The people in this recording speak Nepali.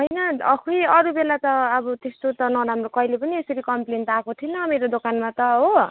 होइन खै अरू बेला त अब त्यस्तो त नराम्रो कहिले पनि यसरी कम्प्लेन त आएको थिएन मेरो दोकानमा त हो